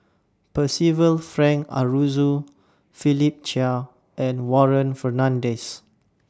Percival Frank Aroozoo Philip Chia and Warren Fernandez